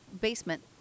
basement